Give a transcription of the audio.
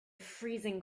freezing